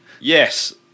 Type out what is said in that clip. Yes